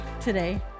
today